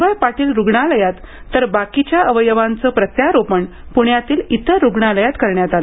Y Patil रुग्णालयात तर बाकीच्या अवयवांचं प्रत्यारोपण प्ण्यातील इतर रुग्णालयात करण्यात आलं